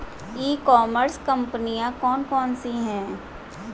ई commerce कंपनियाँ कौन कौन सी हैं?